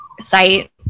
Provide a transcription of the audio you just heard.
site